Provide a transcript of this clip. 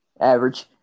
Average